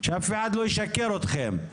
שאף אחד לא ישקר אתכם,